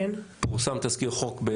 פורסם תזכיר חוק.